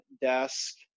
desk